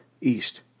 east